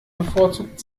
bevorzugt